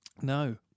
No